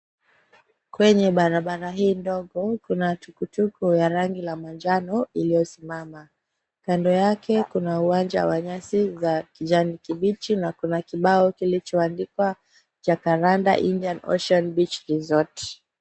Kwenye barabara hii ndogo, kuna tuktuk ya rangi la manjano iliyosimama. Kando yake kuna uwanja wa nyasi za kijanikibichi na kuna kibao kilichoandikwa, Jacaranda Indian Ocean Beach Resort.